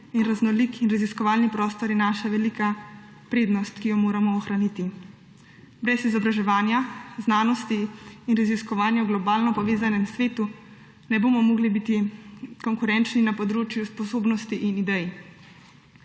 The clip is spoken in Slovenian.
in raznolik in raziskovalni prostor je naša velika prednost, ki jo moramo ohraniti. Brez izobraževanja, znanosti in raziskovanja v globalno povezanem svetu ne bomo mogli biti konkurenčni na področju sposobnosti in idej.